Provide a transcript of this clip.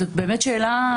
זאת שאלה